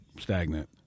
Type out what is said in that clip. stagnant